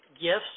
gifts